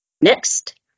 Next